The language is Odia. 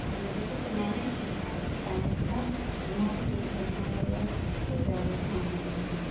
ତେଣୁକରି ସେମାନେ ମ୍ୟାଥ୍ ସାଇନ୍ସଟା ନିହାତି ଟ୍ୟୁସନ୍ ଜରୁରୀ ମନେ କରୁଛନ୍ତି